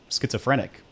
schizophrenic